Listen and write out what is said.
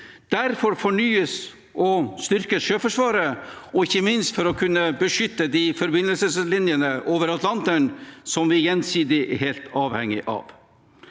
Derfor fornyes og styrkes Sjøforsvaret ikke minst for å kunne beskytte forbindelseslinjene over Atlanteren, som vi gjensidig er helt avhengig av.